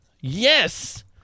Yes